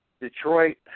Detroit –